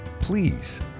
Please